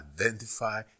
identify